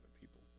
people